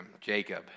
Jacob